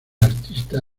artista